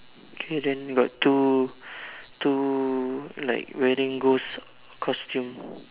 okay then got two two like wearing ghost costume